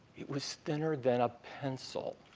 it was thinner than a pencil.